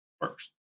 first